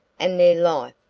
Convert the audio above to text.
and their life,